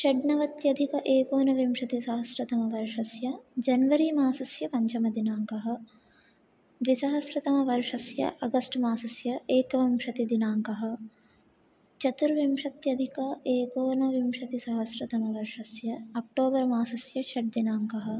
षड्नवत्यधिक एकोनविंशतिसहस्रतमवर्षस्य जनवरी मासस्य पञ्चमदिनाङ्कः द्विसहस्रतमवर्षस्य अगस्ट् मासस्य एकविंशतिदिनाङ्कः चतुर्विंशत्यधिक एकोनविंशतिसहस्रतमवर्षस्य अक्टोबर् मासस्य षट् दिनाङ्कः